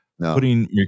putting